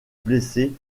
blessés